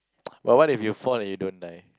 but what if you fall and you don't die